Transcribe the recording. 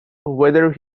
whether